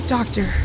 Doctor